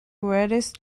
weirdest